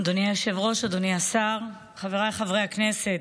אדוני היושב-ראש, אדוני השר, חבריי חברי הכנסת,